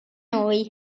noi